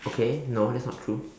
okay no that's not true